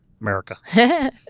America